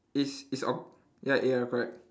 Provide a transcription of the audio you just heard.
it's it's aug~ ya ya correct